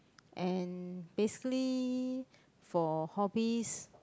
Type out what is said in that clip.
and basically for hobbies